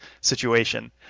situation